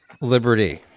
Liberty